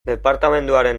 departamenduaren